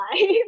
life